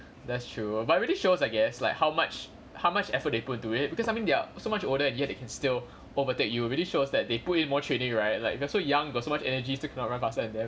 that's true but really shows I guess like how much how much effort they put into it because I mean they're so much older and yet they can still overtake you really shows that they put in more training right like you are so young got so much energy still cannot run faster than them